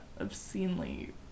obscenely